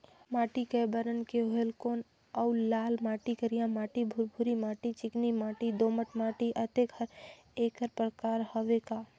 माटी कये बरन के होयल कौन अउ लाल माटी, करिया माटी, भुरभुरी माटी, चिकनी माटी, दोमट माटी, अतेक हर एकर प्रकार हवे का?